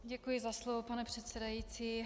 Děkuji za slovo, pane předsedající.